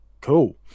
cool